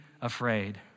afraid